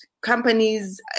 companies